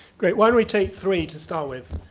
great, why don't we take three to start with.